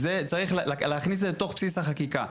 צריך להכניס את זה לתוך בסיס החקיקה.